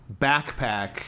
backpack